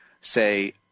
say